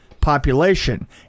population